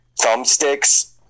thumbsticks